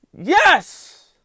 Yes